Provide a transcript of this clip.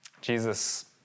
Jesus